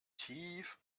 tief